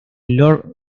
lord